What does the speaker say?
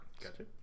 Gotcha